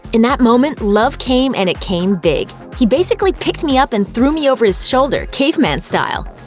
in that moment, love came and it came big. he basically picked me up and threw me over his shoulder, caveman style!